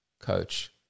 Coach